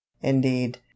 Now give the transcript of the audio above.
indeed